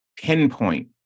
pinpoint